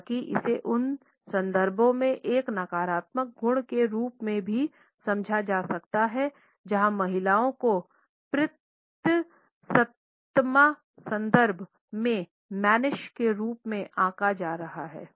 हालाँकि इसे उन संदर्भों में एक नकारात्मक गुण के रूप में भी समझा जा सकता है जहां महिलाओं को पितृसत्तात्मक संदर्भ में माननिश के रूप में आंका जा रहा है